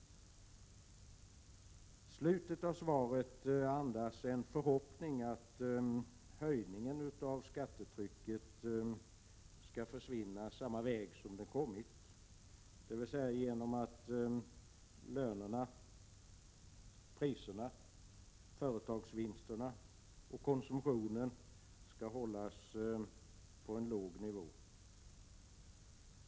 Slutet av finansministerns svar andas en förhoppning att höjningen av skattetrycket skall försvinna samma väg som den kommit, dvs. genom att lönerna, priserna, företagsvinsterna och konsumtionen skall hållas på en låg nivå.